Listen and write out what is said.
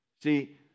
See